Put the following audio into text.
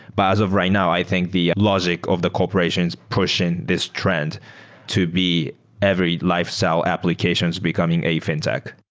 but as of right now, i think the logic of the corporations pushing this trend to be every life sell applications becoming a fintech.